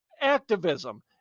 activism